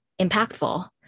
impactful